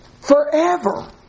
forever